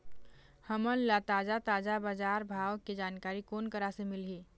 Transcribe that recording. हमन ला ताजा ताजा बजार भाव के जानकारी कोन करा से मिलही?